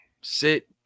sit